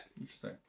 interesting